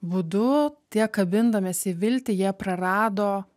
būdu tie kabindamiesi į viltį jie prarado